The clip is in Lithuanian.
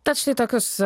tad štai tokius